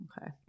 okay